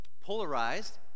Polarized